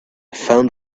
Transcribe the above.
found